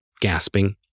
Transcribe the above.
gasping